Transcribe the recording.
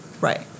Right